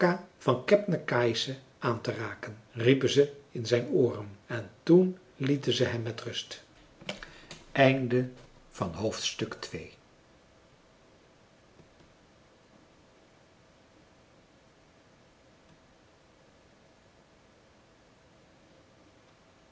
van kebnekaise aan te raken riepen ze in zijn ooren en toen lieten ze hem met rust